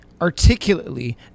articulately